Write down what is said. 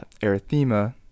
erythema